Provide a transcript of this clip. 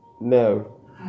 No